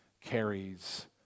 carries